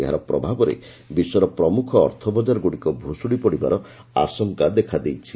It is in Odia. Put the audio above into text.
ଏହାର ପ୍ରଭାବରେ ବିଶ୍ୱର ପ୍ରମୁଖ ଅର୍ଥ ବଜାରଗୁଡ଼ିକ ଭୁଶୁଡ଼ି ପଡ଼ିବାର ଆଶଙ୍କା ଦେଖା ଦେଇଛି